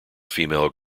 female